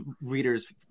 readers